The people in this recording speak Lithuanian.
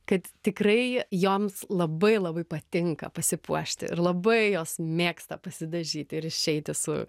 kad tikrai joms labai labai patinka pasipuošti ir labai jos mėgsta pasidažyti ir išeiti su